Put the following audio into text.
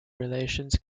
relations